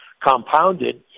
compounded